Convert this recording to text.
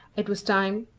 it was time,